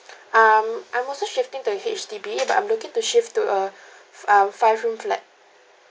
um I'm also shifting to H_D_B but I'm looking to shift to a uh five room flat